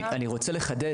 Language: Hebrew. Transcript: אני רוצה לחדד,